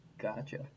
gotcha